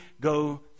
go